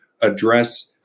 address